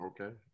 Okay